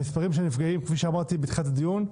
המספרים של הנפגעים, כפי שאמרתי בתחילת הדיון,